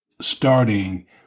starting